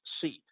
seat